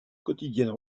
quotidiennes